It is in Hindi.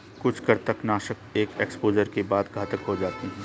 कुछ कृंतकनाशक एक एक्सपोजर के बाद घातक हो जाते है